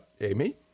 Amy